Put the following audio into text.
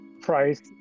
price